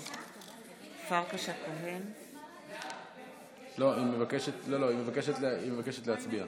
לא, לא, היא מבקשת להצביע.